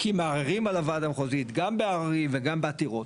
כי מערערים על הוועדה המחוזית גם בעררים וגם בעתירות.